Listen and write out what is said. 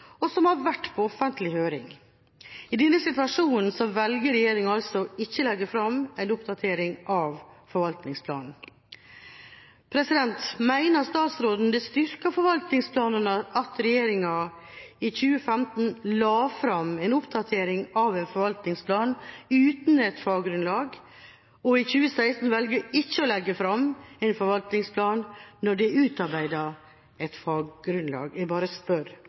og som har vært på offentlig høring. I denne situasjonen velger regjeringa altså ikke å legge fram en oppdatering av forvaltningsplanen. Mener statsråden det styrker forvaltningsplanene at regjeringa i 2015 la fram en oppdatering av en forvaltningsplan uten et faggrunnlag, og når en i 2016 velger ikke å legge fram en forvaltningsplan når det er utarbeidet et faggrunnlag? Jeg bare spør.